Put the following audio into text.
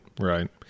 right